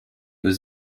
was